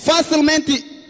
Facilmente